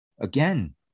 Again